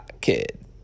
kid